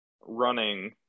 running